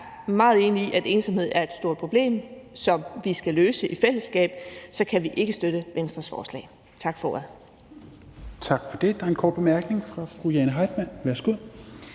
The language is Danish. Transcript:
meget enige i, at ensomhed er et stort problem, som vi skal løse i fællesskab, kan vi ikke støtte Venstres forslag. Kl.